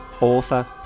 author